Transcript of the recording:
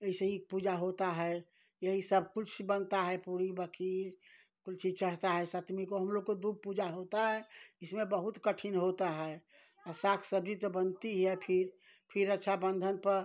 ऐसे ही पूजा होता है यही सब कुछ बनता है पूरी व खीर कुल चीज चढ़ता है सतमी को हम लोग को दूभ पूजा होता है इसमें बहुत कठिन होता है साग सब्जी जब बनती है फिर फिर रक्षा बंधन पर